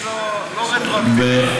לא רטרואקטיבית,